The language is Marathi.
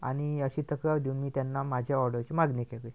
आणि अशी तक्रार देऊन मी त्यांना माझ्या ऑर्डरची मागणी केली